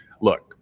look